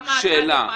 למה אתה לפניי?